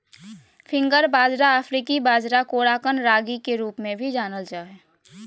finger बाजरा अफ्रीकी बाजरा कोराकन रागी के रूप में भी जानल जा हइ